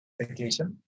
vacation